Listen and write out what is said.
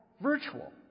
virtual